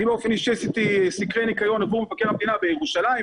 אני באופן אישי עשיתי סקרי ניקיון עבור מבקר המדינה בירושלים,